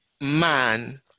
man